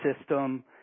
system